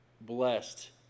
blessed